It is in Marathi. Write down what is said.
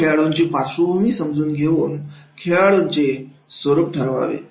सर्व खेळाडूची पार्श्वभूमी समजून घेऊन खेळाचे स्वरूप ठरवावे